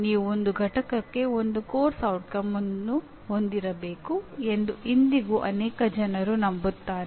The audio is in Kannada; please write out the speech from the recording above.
ನೀವು ಒಂದು ಘಟಕಕ್ಕೆ ಒಂದು ಪಠ್ಯಕ್ರಮದ ಪರಿಣಾಮವನ್ನು ಹೊಂದಿರಬೇಕು ಎಂದು ಇಂದಿಗೂ ಅನೇಕ ಜನರು ನಂಬುತ್ತಾರೆ